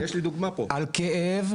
על כאב,